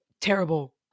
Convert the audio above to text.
terrible